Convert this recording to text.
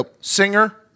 singer